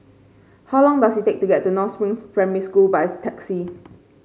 how long does it take to get to North Spring Primary School by taxi